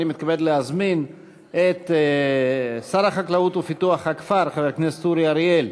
אני מתכבד להזמין את שר החקלאות ופיתוח הכפר חבר הכנסת אורי אריאל.